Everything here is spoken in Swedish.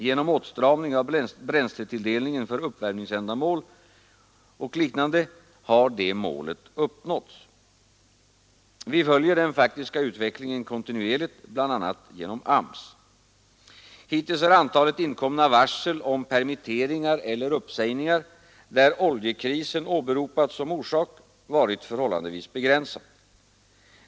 Genom åtstramning av bränsletilldelningen för uppvärmningsändamål och liknande har detta mål uppnåtts. Vi följer den faktiska utvecklingen kontinuerligt bl.a. genom AMS. Hittills har antalet inkomna varsel om permitteringar eller uppsägningar, där oljekrisen åberopats som orsak, varit förhållandevis begränsat.